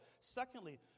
Secondly